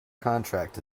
contract